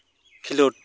ᱠᱷᱤᱞᱳᱰ